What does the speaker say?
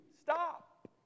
stop